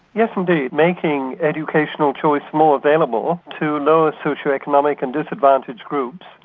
yes indeed. making educational choice more available to lower socio-economic and disadvantaged groups.